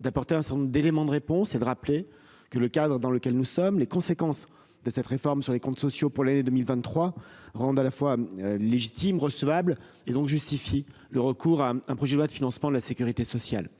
d'apporter un certain nombre d'éléments de réponse et de rappeler que le cadre dans lequel nous sommes. Les conséquences de cette réforme sur les comptes sociaux pour l'année 2023 rendent à la fois légitime recevable et donc justifier le recours à un projet de loi de financement de la Sécurité sociale.